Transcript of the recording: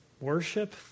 worship